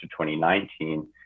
2019